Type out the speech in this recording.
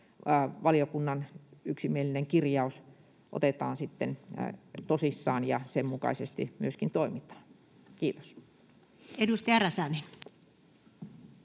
valiokunnan yksimielinen kirjaus otetaan sitten tosissaan ja sen mukaisesti myöskin toimitaan. — Kiitos. [Speech